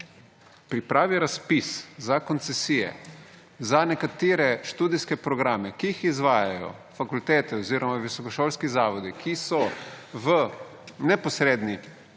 pripravi razpis za koncesije za nekatere študijske programe, ki jih izvajajo fakultete oziroma visokošolski zavodi, ki so v neposredni